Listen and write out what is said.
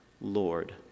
Lord